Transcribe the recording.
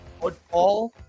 football